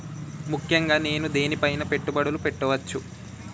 ముఖ్యంగా నేను దేని పైనా పెట్టుబడులు పెట్టవచ్చు?